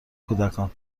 کودکان